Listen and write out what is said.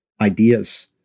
ideas